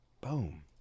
Boom